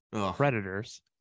Predators